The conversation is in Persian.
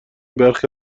برخی